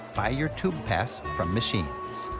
buy your tube pass from machines.